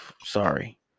sorry